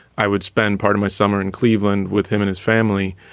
i would spend part of my summer in cleveland with him and his family.